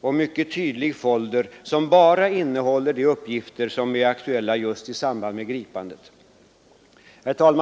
och mycket tydlig folder, som bara innehåller de uppgifter som är aktuella just i samband med gripandet. Herr talman!